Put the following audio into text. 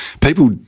people